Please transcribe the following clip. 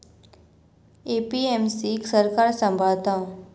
APMC क सरकार सांभाळता